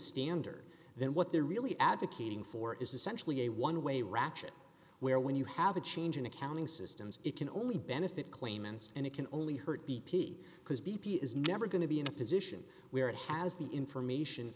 standard then what they're really advocating for is essentially a one way ratchet where when you have a change in accounting systems it can only benefit claimants and it can only hurt b p because b p is never going to be in a position where it has the information